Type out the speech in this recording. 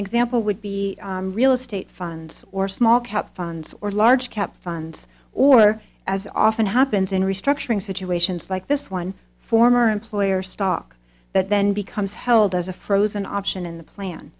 example would be real estate funds or small cap funds or large cap funds or as often happens in restructuring situations like this one former employer stock that then becomes held as a frozen option in the plan